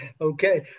Okay